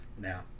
now